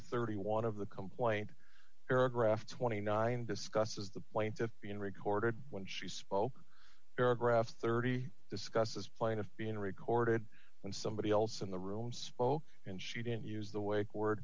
thirty one of the complaint paragraph twenty nine discusses the plaintiff being recorded when she spoke paragraphs thirty discusses plaintiff being recorded when somebody else in the room spoke and she didn't use the way word